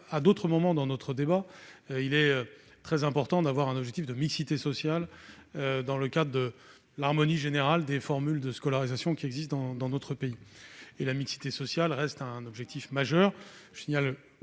a été dit durant notre débat, il est très important d'avoir un objectif de mixité sociale dans le cadre de l'harmonie générale des formules de scolarisation de notre pays. La mixité sociale reste un objectif majeur.